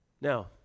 Now